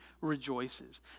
rejoices